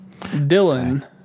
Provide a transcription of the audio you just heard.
dylan